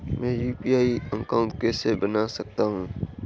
मैं UPI account कैसे बना सकता हूं?